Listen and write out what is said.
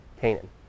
Canaan